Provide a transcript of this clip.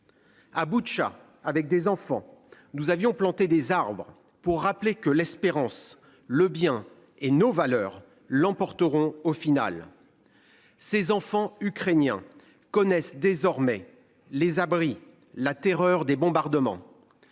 À Boutcha, avec des enfants. Nous avions planter des arbres pour rappeler que l'espérance le bien et nos valeurs l'emporteront au final. Ces enfants ukrainiens connaissent désormais les abris la terreur des bombardements.